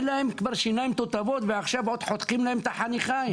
אין להם כבר שיניים תותבות ועכשיו עוד חותכים להם את החניכיים.